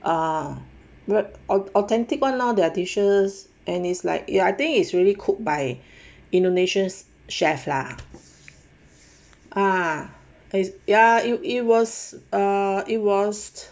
uh authentic [one] lor their dishes and is like ya I think it's really cooked by indonesia's chef lah ah ya it was it was